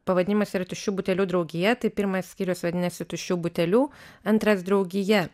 pavadinimas yra tuščių butelių draugija tai pirmas skyrius vadinasi tuščių butelių antras draugija